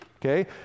Okay